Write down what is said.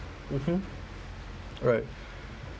mmhmm right